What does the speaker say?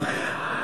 תודה.